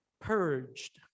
purged